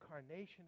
incarnation